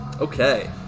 Okay